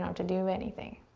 um to do anything.